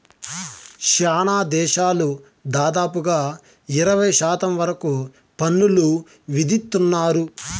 శ్యానా దేశాలు దాదాపుగా ఇరవై శాతం వరకు పన్నులు విధిత్తున్నారు